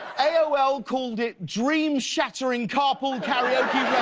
aol called it dream-sha the aring carpool and karaoke